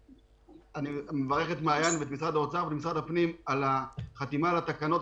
אני מברך את מעיין ואת משרד האוצר ומשרד הפנים על החתימה על התקנות.